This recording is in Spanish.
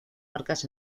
marcas